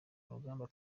rugamba